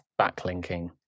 backlinking